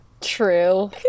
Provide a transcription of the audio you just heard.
True